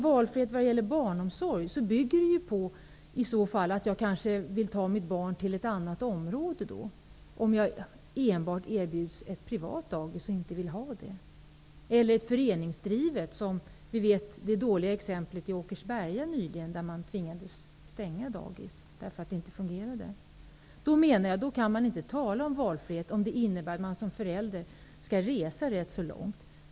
Valfriheten vad gäller barnomsorg innebär i så fall att jag kanske får ta mitt barn till ett annat område, om jag t.ex. enbart erbjuds ett privatdagis som jag inte vill ha eller ett föreningsdrivet dagis. Där känner vi till ett dåligt exempel från Åkersberga. Man tvingades stänga dagiset därför att det inte fungerade. Då kan man inte tala om valfrihet om det innebär att man som förälder skall resa långt.